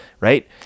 right